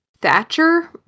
thatcher